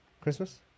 Christmas